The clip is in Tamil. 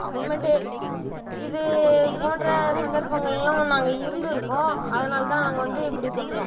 அப்புறமேட்டு இது போன்ற சந்தர்ப்பங்களெல்லாம் நாங்கள் இருந்திருக்கோம் அதனால்தான் நாங்கள் வந்து இப்படி சொல்கிறோம்